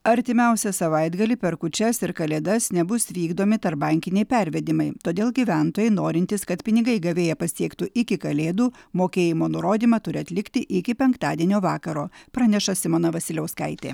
artimiausią savaitgalį per kūčias ir kalėdas nebus vykdomi tarpbankiniai pervedimai todėl gyventojai norintys kad pinigai gavėją pasiektų iki kalėdų mokėjimo nurodymą turi atlikti iki penktadienio vakaro praneša simona vasiliauskaitė